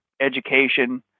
education